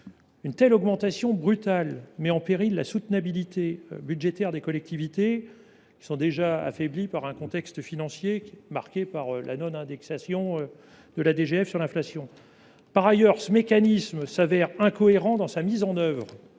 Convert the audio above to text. Une augmentation aussi brutale met en péril la soutenabilité budgétaire des collectivités, déjà affaiblies par un contexte financier marqué par la non indexation de la DGF sur l’inflation. Par ailleurs, ce mécanisme se révèle incohérent dans sa mise en œuvre